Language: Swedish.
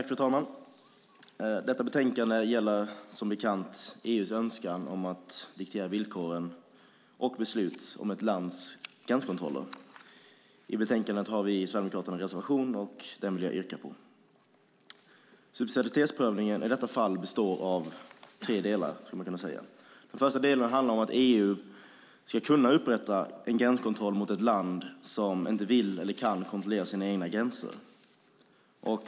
Fru talman! Detta utlåtande gäller som bekant EU:s önskan att diktera villkor och beslut om ett lands gränskontroller. I betänkandet har vi i Sverigedemokraterna en reservation som jag yrkar bifall till. Subsidiaritetsprövningen i detta fall består av tre delar. Den första delen handlar om att EU ska kunna upprätta en gränskontroll mot ett land som inte vill eller kan kontrollera sina egna gränser.